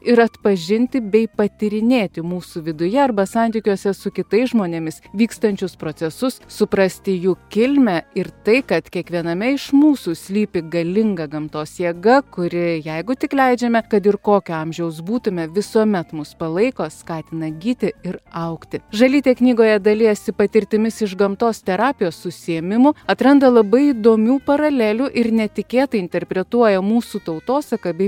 ir atpažinti bei patyrinėti mūsų viduje arba santykiuose su kitais žmonėmis vykstančius procesus suprasti jų kilmę ir tai kad kiekviename iš mūsų slypi galinga gamtos jėga kuri jeigu tik leidžiame kad ir kokio amžiaus būtume visuomet mus palaiko skatina gyti ir augti žalytė knygoje dalijasi patirtimis iš gamtos terapijos užsiėmimų atranda labai įdomių paralelių ir netikėtai interpretuoja mūsų tautosaką bei